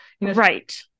Right